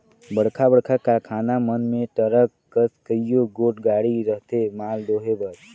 बड़खा बड़खा कारखाना मन में टरक कस कइयो गोट गाड़ी रहथें माल डोहे बर